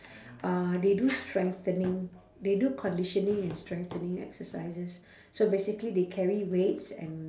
uh they do strengthening they do conditioning and strengthening exercises so basically they carry weights and